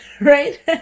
right